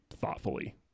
thoughtfully